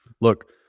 Look